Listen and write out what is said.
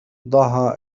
ضعها